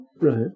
right